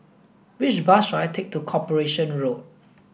which bus should I take to Corporation Road